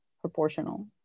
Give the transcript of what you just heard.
proportional